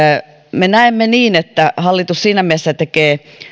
me näemme niin että hallitus siinä mielessä tekee